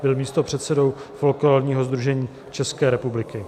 Byl místopředsedou Folklorního sdružení České republiky.